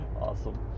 Awesome